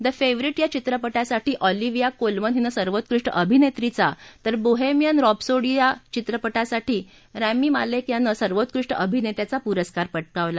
the favourite या चित्रपटासाठी Olivia Colman हिनं सर्वोत्कृष्ट अभिनेत्रीचा तर बोहेमियन हाप्सोडी या चित्रपटासाठी रामी मालेक यानं सर्वोत्कृष्ट अभिनेत्याचा पुरस्कार पटकावला